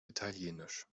italienisch